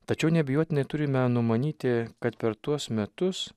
tačiau neabejotinai turime numanyti kad per tuos metus